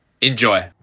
Enjoy